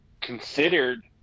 considered